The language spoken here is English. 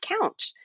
count